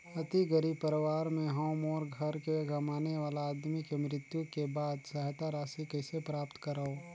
अति गरीब परवार ले हवं मोर घर के कमाने वाला आदमी के मृत्यु के बाद सहायता राशि कइसे प्राप्त करव?